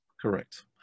Correct